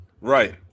Right